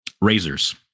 razors